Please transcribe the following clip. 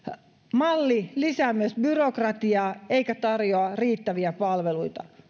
malli lisää myös byrokratiaa eikä tarjoa riittäviä palveluita